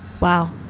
Wow